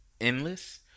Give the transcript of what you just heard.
endless